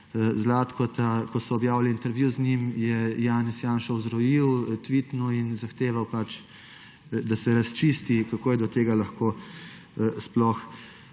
Zlatkota. Ko so objavili intervju z njim, je Janez Janša vzrojil, tvitnil in zahteval, da se razčisti, kako je do tega lahko sploh